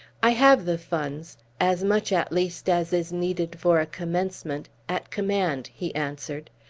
i have the funds as much, at least, as is needed for a commencement at command, he answered.